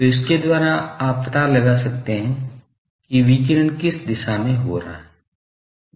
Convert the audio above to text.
तो इसके द्वारा आप पता लगा सकते हैं कि विकिरण किस दिशा में हो रहा है